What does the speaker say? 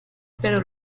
pero